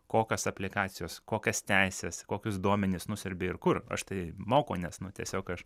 kokios aplikacijos kokios teisės kokius duomenis nusiurbė ir kur aš tai moku nes nu tiesiog aš